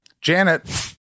Janet